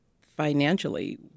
financially